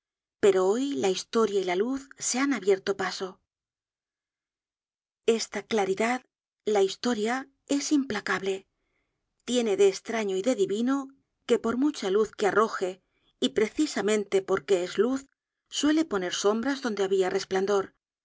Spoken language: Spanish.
pero hoy la historia y la luz se han abierto paso content from google book search generated at esta claridadla historiaes implacable tiene de estrafio y de divino que por mucha luz que arroje y precisamente porque es luz suele poner sombras donde habia resplandor